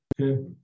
Okay